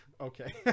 Okay